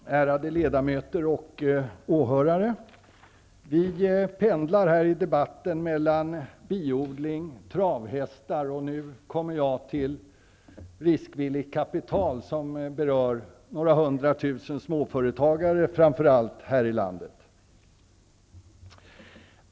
Fru talman! Ärade ledamöter och åhörare! Vi pendlar här i debatten mellan biodling och travhästar, och nu kommer jag till ämnet riskvilligt kapital -- som berör framför allt några hundratusen småföretagare här i landet.